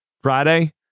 Friday